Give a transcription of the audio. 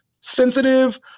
sensitive